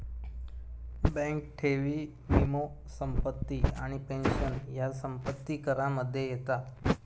bank ठेवी, वीमो, संपत्ती आणि पेंशन ह्या संपत्ती करामध्ये येता